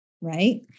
right